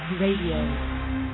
radio